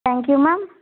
thank you ma'am